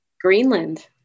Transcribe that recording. Greenland